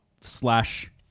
slash